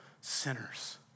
sinners